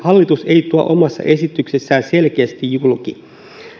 hallitus ei tuo omassa esityksessään selkeästi julki